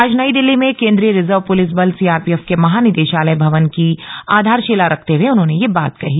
आज नई दिल्ली में केन्द्रीय रिजर्व प्रलिस बल सीआरपीएफ के महानिदेशालय भवन की आधारशिला रखते हुए उन्होंने यह बात कही